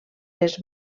les